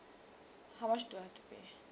how much do I have to pay